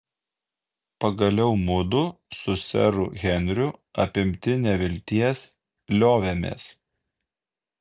pagaliau mudu su seru henriu apimti nevilties liovėmės